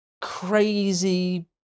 crazy